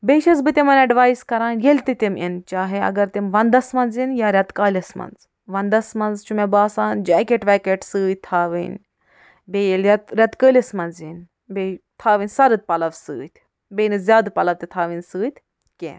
بیٚیہِ چھُس بہٕ تِمن ایڈوایس کران ییٚلہِ تہِ تِم یِن چاہے اگر تِم ونٛدس منٛز یُن یا ریتہٕ کٲلِس منٛز ونٛدس منٛز چھُ مےٚ باسان جیکیٚٹ ویکیٚٹ سۭتۍ تھاوٕنۍ بیٚیہِ ییٚلہِ ریتہٕ کٲلِس منٛز ینۍ بیٚیہِ تھاون سرد پلو سۭتۍ بیٚیہِ نہٕ زیادٕ پلو تہِ تھاوٕنۍ سۭتۍ کینٛہہ